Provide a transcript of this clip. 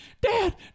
Dad